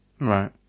Right